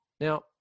Now